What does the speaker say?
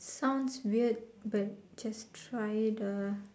sounds weird but just try it uh